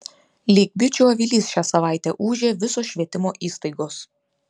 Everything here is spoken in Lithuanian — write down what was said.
lyg bičių avilys šią savaitę ūžė visos švietimo įstaigos